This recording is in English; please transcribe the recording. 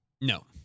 No